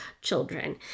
children